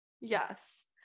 Yes